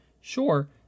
sure